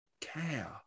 care